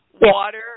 water